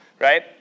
right